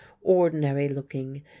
ordinary-looking